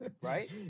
Right